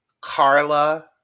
Carla